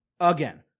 again